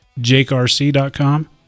JakeRC.com